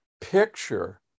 picture